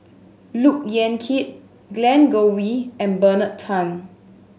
Look Yan Kit Glen Goei and Bernard Tan